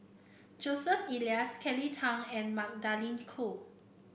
Joseph Elias Kelly Tang and Magdalene Khoo